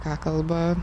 ką kalba